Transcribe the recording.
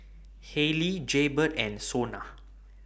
Haylee Jaybird and Sona